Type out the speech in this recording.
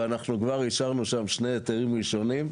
ואנחנו כבר אישרנו שם שני היתרים ראשונים,